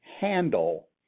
handle